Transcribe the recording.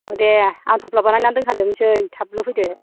औ दे आं थफ्ला बानायनानै दोनखाजोबसै थाबल' फैदो